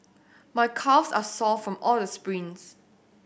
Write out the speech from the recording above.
my calves are sore from all the sprints